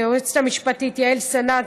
ליועצת המשפטית יעל סלנט,